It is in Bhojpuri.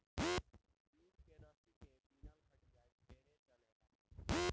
जूट के रसरी के बिनल खटिया ढेरे चलेला